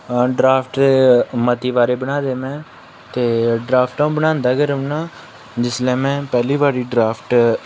draft मती बारी बनाए दे में ते ड्राफ्ट अ'ऊं बनांदा गै रौह्न्ना जिसलै में पैह्ली बारी ड्राफ्ट